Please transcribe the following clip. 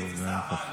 אחי, זה שר.